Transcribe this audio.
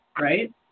right